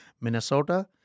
Minnesota